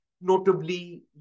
notably